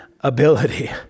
ability